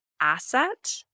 asset